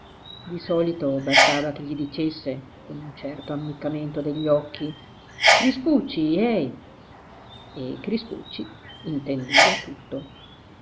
di solito bastava che gli dicesse con un certo ammiccamento degli occhi crispucci eh e crispucci intendeva tutto